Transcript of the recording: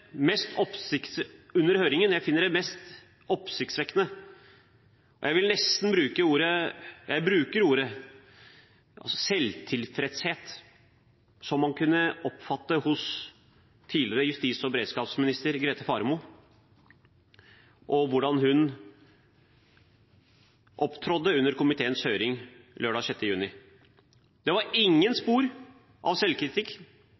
mest oppsiktsvekkende er den – jeg bruker det ordet – selvtilfredsheten som man kunne oppfatte hos tidligere justis- og beredskapsminister Grete Faremo, og hvordan hun opptrådte under komiteens høring lørdag 6. juni. Det var ingen spor av selvkritikk.